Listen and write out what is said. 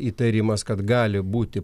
įtarimas kad gali būti